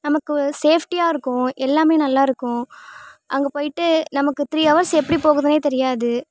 நமக்கு சேஃப்டியாக இருக்கும் எல்லாமே நல்லா இருக்கும் அங்கே போயிட்டு நமக்கு த்ரீ ஹவர்ஸ் எப்படி போகுதுன்னே தெரியாது